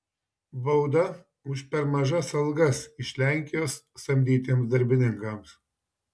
bauda už per mažas algas iš lenkijos samdytiems darbininkams